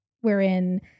wherein